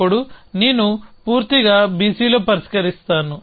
అప్పుడు నేను పూర్తిగా BC లో పరిష్కరిస్తాను